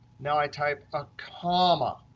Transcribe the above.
now i type a comma.